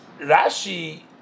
Rashi